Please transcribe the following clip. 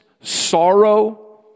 sorrow